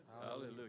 Hallelujah